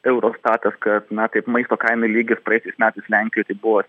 eurostatas kad na kaip maisto kainų lygis praeitais metais lenkijoj tai buvo